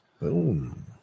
Boom